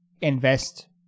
invest